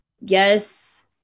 Yes